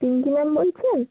Pinki ma'am বলছে